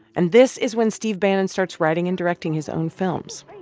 and this is when steve bannon starts writing and directing his own films.